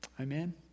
Amen